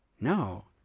No